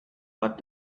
what